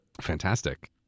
fantastic